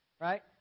Right